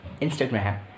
Instagram